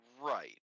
Right